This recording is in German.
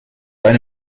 eine